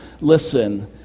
Listen